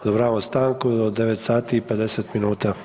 Odobravam stanku do 9 sati i 50 minuta.